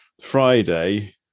friday